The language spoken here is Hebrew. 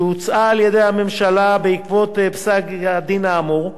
שהוצעה על-ידי הממשלה בעקבות פסק-הדין האמור,